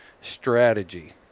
strategy